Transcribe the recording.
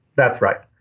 that's right.